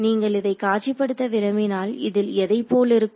நீங்கள் இதை காட்சிப்படுத்த விரும்பினால் இதில் எதை போல் இருக்கும்